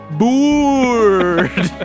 board